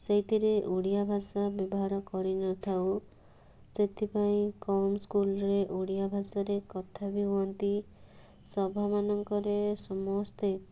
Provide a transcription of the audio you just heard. ସେଇଥିରେ ଓଡ଼ିଆଭାଷା ବ୍ୟବହାର କରିନଥାଉ ସେଥିପାଇଁ କମ୍ ସ୍କୁଲରେ ଓଡ଼ିଆଭାଷାରେ କଥା ବି ହୁଅନ୍ତି ସଭାମାନଙ୍କରେ ସମସ୍ତେ